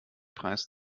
preis